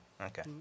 Okay